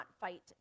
fight